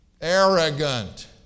Arrogant